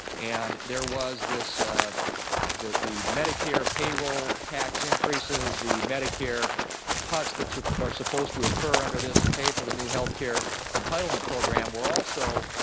and there was this the the medicare payroll tax increases, the medicare cuts that sort of are supposed to occur under this to pay for the new health care entitlement program were also